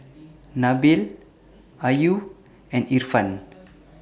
Nabil Ayu and Irfan